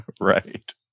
right